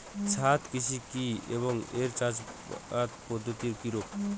ছাদ কৃষি কী এবং এর চাষাবাদ পদ্ধতি কিরূপ?